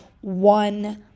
one